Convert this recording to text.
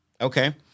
Okay